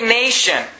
nation